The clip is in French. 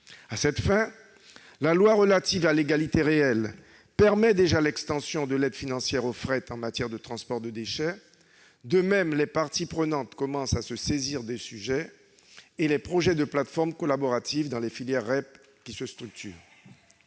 À cette fin, la loi relative à l'égalité réelle outre-mer permet déjà l'extension de l'aide financière au fret en matière de transport de déchets. De même, les parties prenantes commencent à se saisir du sujet et des projets de plateformes collaboratives émergent dans les filières REP qui se structurent.